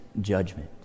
judgment